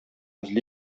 эзли